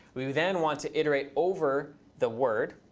we we then want to iterate over the word.